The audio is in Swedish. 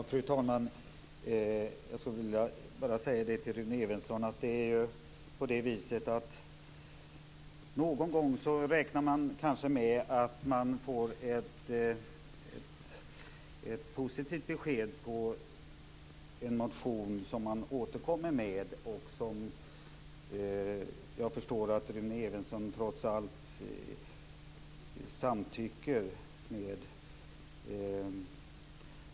Fru talman! Jag skulle bara vilja säga till Rune Evensson att någon gång räknar man kanske med att man skall få ett positivt besked på en motion som man återkommer med och som jag förstår att Rune Evensson trots allt instämmer i.